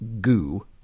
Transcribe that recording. goo